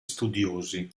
studiosi